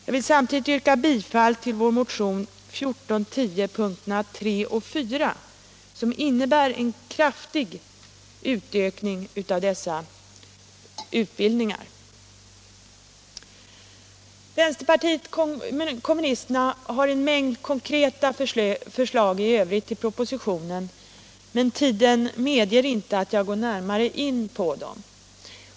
Jag vill samtidigt yrka bifall till vår motion 1410, punkterna 3 och 4, som innebär en kraftig utökning av dessa utbildningar. Herr talman! Vänsterpartiet kommunisterna har en mängd konkreta förslag i övrigt till propositionen, men tiden medger inte att jag går närmare in på dem.